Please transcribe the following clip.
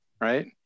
right